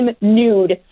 nude